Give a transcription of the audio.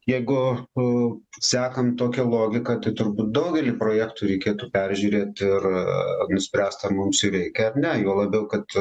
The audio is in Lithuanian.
jeigu o sekam tokia logika tai turbūt daugelį projektų reikėtų peržiūrėti ir nuspręst ar mums reikia ar ne juo labiau kad